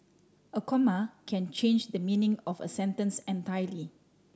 a comma can change the meaning of a sentence entirely